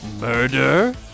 murder